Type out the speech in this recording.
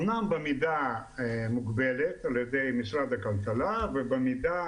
אמנם במידה מוגבלת, על ידי משרד הכלכלה, אבל במידה